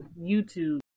YouTube